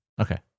Okay